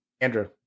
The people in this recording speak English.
Andrew